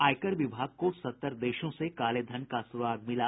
आयकर विभाग को सत्तर देशों से कालेधन का सुराग मिला